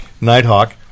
Nighthawk